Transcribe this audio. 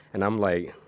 and i'm like,